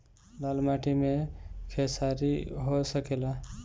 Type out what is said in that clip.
लाल माटी मे खेसारी हो सकेला?